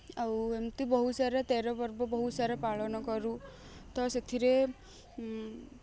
ଆଉ ଏମତି ବହୁତସାରା ତେର ପର୍ବ ବହୁତସାରା ପାଳନ କରୁ ତ ସେଥିରେ